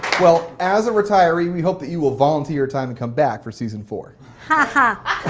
well, as a retiree, we hope that you will volunteer your time and come back for season four. ha-ha.